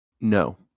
No